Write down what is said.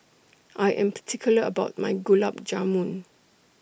I Am particular about My Gulab Jamun